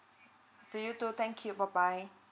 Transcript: to you too thank you bye bye